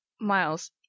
Miles